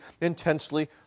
intensely